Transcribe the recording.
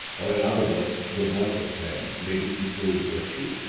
or in other words the want of them, may be equally virtue?